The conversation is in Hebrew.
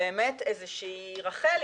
רח"ל,